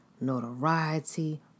notoriety